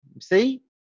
See